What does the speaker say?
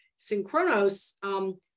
Synchronos